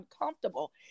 uncomfortable